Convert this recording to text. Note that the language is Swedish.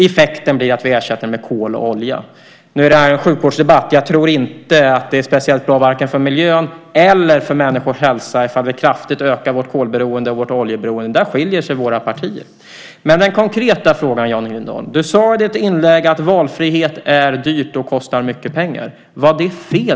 Effekten blir att vi ersätter den med kol och olja. Det här är en sjukvårdsdebatt. Jag tror inte att det är speciellt bra vare sig för miljön eller för människors hälsa att vi kraftigt ökar vårt kolberoende och vårt oljeberoende. Där skiljer sig våra partier. Du sade i ditt inlägg, Jan Lindholm, att valfrihet är dyrt och kostar mycket pengar. Var det fel?